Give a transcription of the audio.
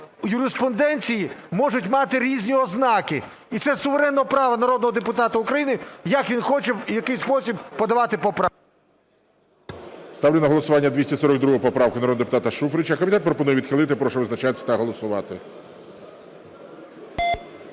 юриспруденції можуть мати різні ознаки. І це суверенне право народного депутата України, як він хоче і в який спосіб подавати… ГОЛОВУЮЧИЙ. Ставлю на голосування 242 поправку народного депутата Шуфрича. Комітет пропонує відхилити. Прошу визначатись та голосувати.